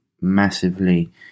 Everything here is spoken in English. massively